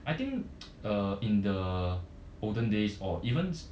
I think uh in the olden days or even